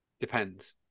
Depends